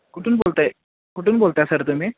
कुठून बोलत आहे कुठून बोलत आहे सर तुम्ही